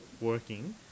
working